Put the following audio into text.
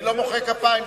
אני לא מוחא כפיים,